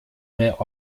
mehr